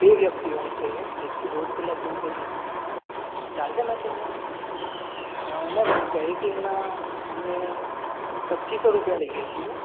બે વ્યક્તિઓનું થઈ ને એકથી દોઢ કલાક જેવું તો થશે ચાલશે મેમ તમને મેમ કેરેટિનના અમે પચીસસો રૂપિયા લઈએ છીએ